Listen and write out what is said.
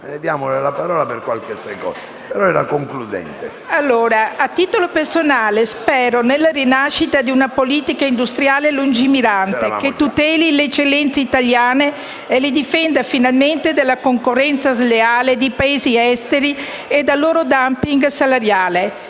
A titolo personale, spero nella rinascita di una politica industriale lungimirante, che tuteli le eccellenze italiane e le difenda finalmente dalla concorrenza sleale di Paesi esteri e dal loro *dumping* salariale.